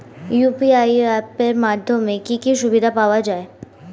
UPI app এর মাধ্যমে কি কি সুবিধা পাওয়া যায়?